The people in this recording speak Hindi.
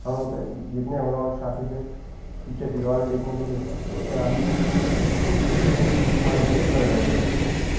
हम लोग का जितने हम लोगों के साथी थे पिच्चर दिलवाले देखने के लिए पिच्चर हाल में कम से कम इसको पाँच छः बार गए थे देखने के लिए